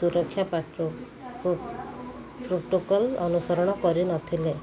ସୁରକ୍ଷା ପ୍ରୋଟୋକଲ୍ ଅନୁସରଣ କରିନଥିଲେ